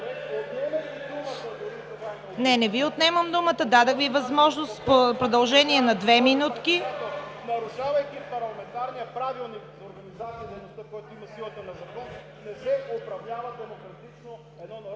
Не Ви отнемам думата. Дадох Ви възможност в продължение на 2 минути.